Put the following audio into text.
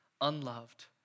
unloved